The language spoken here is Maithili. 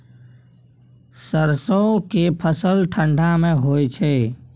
सरसो के फसल ठंडा मे होय छै?